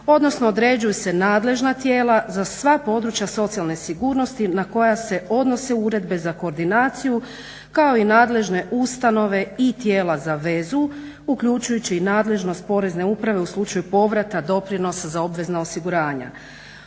odnosno određuju se nadležna tijela za sva područja socijalne sigurnosti na koja se odnose uredbe za koordinaciju kao i nadležne ustanove i tijela za vezu uklučujući i nadležnost Porezne uprave u slučaju povrata doprinosa za obvezna osiguranja.